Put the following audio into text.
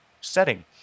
setting